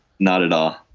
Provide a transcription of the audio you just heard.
not at all.